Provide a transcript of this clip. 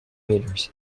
meters